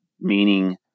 meaning